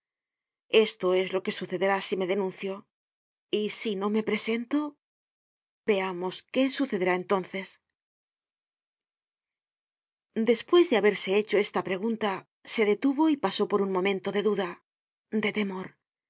esto es lo que sucederá si me denuncio y si no me presento veamos qué sucederá entonces despues de haberse hecho esta pregunta se detuvo y pasó por un momento de duda de temor